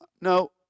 no